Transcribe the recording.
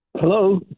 Hello